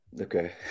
Okay